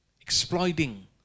exploiting